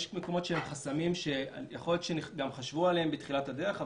יש מקומות שיש בהם חסמים שיכול להיות שחשבו עליהם בתחילת הדרך,